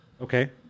Okay